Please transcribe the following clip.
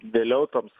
vėliau toms